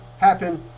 happen